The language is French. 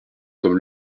comme